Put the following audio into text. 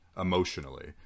emotionally